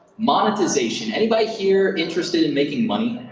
monetization anybody here interested in making money?